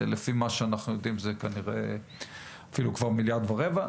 לפי מה שאנחנו יודעים זה כבר אפילו מיליארד ורבע,